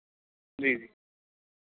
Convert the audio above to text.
जी जी